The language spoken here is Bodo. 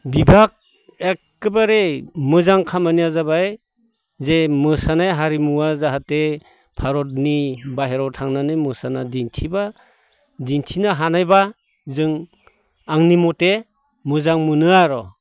बिभाग एखेबारे मोजां खामानिया जाबाय जे मोसानाय हारिमुवा जाहाथे भारतनि बाहेराव थांनानै मोसाना दिन्थिब्ला दिन्थिनो हानायब्ला जों आंनि मथे मोजां मोनो आर'